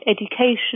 education